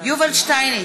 יובל שטייניץ,